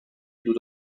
دود